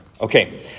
Okay